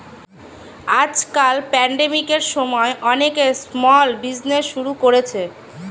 আজকাল প্যান্ডেমিকের সময়ে অনেকে স্মল বিজনেজ শুরু করেছে